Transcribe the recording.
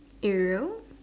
Ariel